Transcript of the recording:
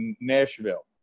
Nashville